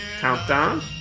countdown